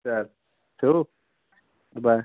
चल ठेऊ बाय